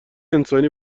انسانی